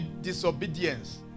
disobedience